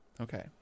okay